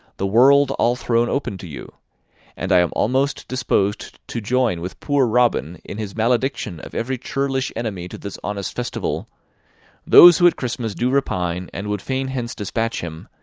the world all thrown open to you and i am almost disposed to join with poor robin, in his malediction of every churlish enemy to this honest festival those who at christmas do repine, and would fain hence despatch him,